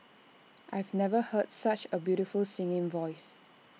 I've never heard such A beautiful singing voice